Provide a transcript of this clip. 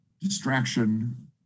distraction